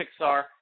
Pixar